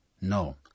No